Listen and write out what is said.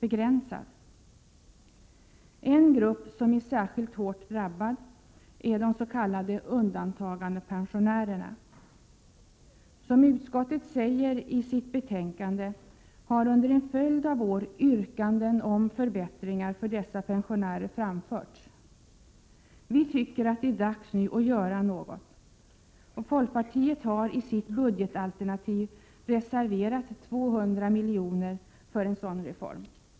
En grupp som är särskilt hårt drabbad är de s.k. undantagandepensionärerna. Som utskottet säger i sitt betänkande har under en följd av år yrkanden om förbättringar för dessa pensionärer framförts. Vi tycker att det är dags nu att göra något. Folkpartiet har i sitt budgetalternativ reserverat 200 milj.kr. för en sådan reform.